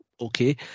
Okay